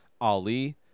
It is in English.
Ali